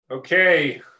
Okay